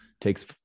takes